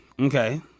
Okay